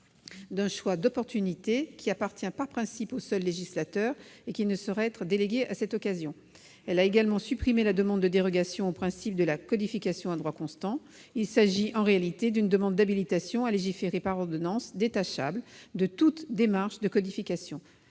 d'un choix d'opportunité, qui appartient par principe au seul législateur et ne saurait être délégué à cette occasion. Nous avons également supprimé la demande de dérogation au principe de la codification à droit constant. Il s'agit en réalité d'une demande d'habilitation à légiférer par ordonnance détachable de toute démarche de codification.